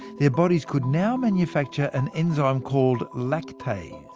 their bodies could now manufacture an enzyme called lactase,